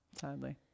sadly